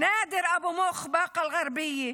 נאדר אבו מוך מבאקה אל-גרבייה,